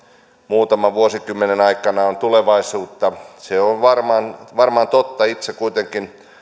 muutaman vuosikymmenen aikana on tulevaisuutta se on varmaan varmaan totta itse kuitenkin